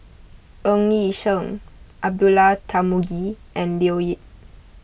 Ng Yi Sheng Abdullah Tarmugi and Leo Yip